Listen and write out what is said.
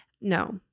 No